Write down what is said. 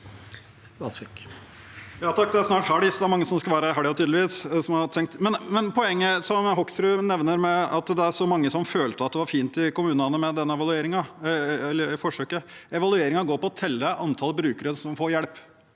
poenget som Hoksrud nevner om at det er så mange som følte at dette forsøket i kommunene var fint: Evalueringen går på å telle antall brukere som får hjelp.